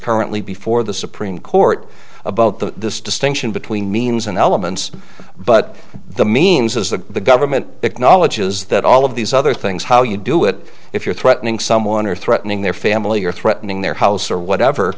currently before the supreme court about the distinction between means and elements but the means is that the government acknowledges that all of these other things how you do it if you're threatening someone or threatening their family or threatening their house or whatever